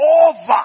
over